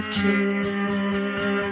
kid